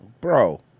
bro